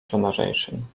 generation